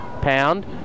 Pound